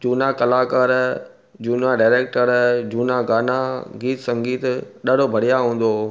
जूना कलाकार जूना डायरेक्टर जूना गाना गीत संगीत ॾाढो बढ़िया हूंदो हुओ